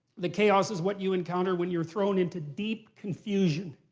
the chaos is what you encounter when you're thrown into deep confusion.